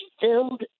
filled